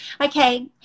Okay